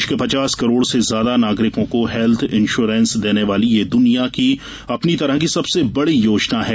देश में पचास करोड़ से ज्यादा नागरिकों को हेल्थ इंश्योरेंस देने वाली ये दुनिया अपनी तरह की सबसे बड़ी योजना है